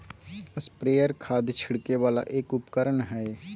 sprayer खाद छिड़के वाला एक उपकरण हय